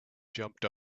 jumped